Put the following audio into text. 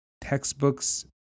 textbooks